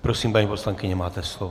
Prosím, paní poslankyně, máte slovo.